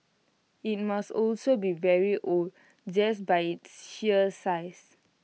IT must also be very old just by its sheer size